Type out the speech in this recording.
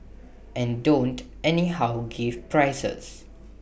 and don't anyhow give prizes